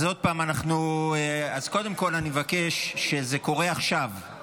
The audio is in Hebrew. אז עוד פעם, קודם כול אני מבקש, כשזה קורה, עכשיו.